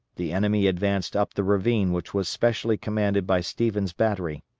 the enemy advanced up the ravine which was specially commanded by stevens' battery.